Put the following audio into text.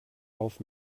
auf